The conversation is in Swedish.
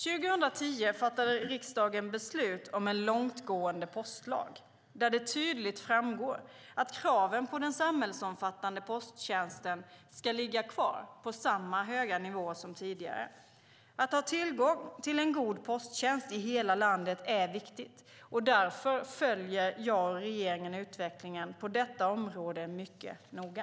2010 fattade riksdagen beslut om en långtgående postlag, där det tydligt framgår att kraven på den samhällsomfattande posttjänsten ska ligga kvar på samma höga nivå som tidigare. Att ha tillgång till en god posttjänst i hela landet är viktigt, och därför följer jag och regeringen utvecklingen på detta område mycket noga.